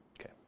Okay